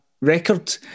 record